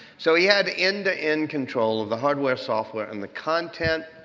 so he had end-to-end control of the hardware, software and the content.